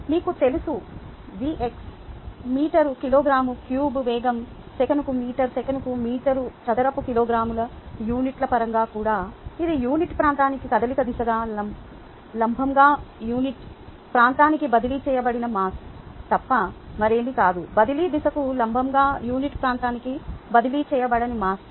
మీకు తెలుసు metre kilogram cube వేగం సెకనుకు మీటర్ సెకనుకు మీటరు చదరపు కిలోగ్రాముల యూనిట్ల పరంగా కూడా ఇది యూనిట్ ప్రాంతానికి కదలిక దిశకు లంబంగా యూనిట్ ప్రాంతానికి బదిలీ చేయబడిన మాస్ తప్ప మరేమీ కాదు బదిలీ దిశకు లంబంగా యూనిట్ ప్రాంతానికి బదిలీ చేయబడిన మాస్ రేటు